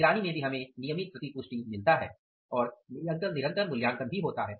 निगरानी में भी हमें नियमित प्रतिपुष्टि मिलता है और निरंतर मूल्यांकन भी होता है